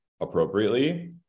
appropriately